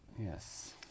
Yes